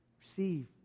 Receive